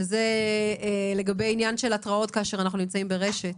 וזה לגבי עניין של התראות כאשר אנחנו נמצאים ברשת.